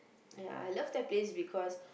ya I love that place because